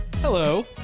Hello